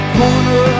corner